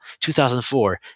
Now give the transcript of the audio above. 2004